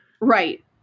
Right